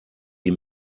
ihm